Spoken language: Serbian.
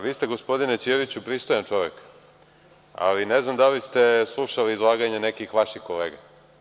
Vi ste gospodine Ćirću pristojan čovek, ali ne znam da li ste slušali izlaganje nekih vaših kolega.